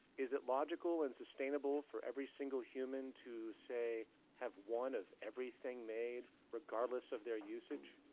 is it logical and sustainable for every single human to say, have one of everything made? regardless of their usage?